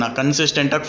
consistent